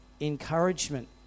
encouragement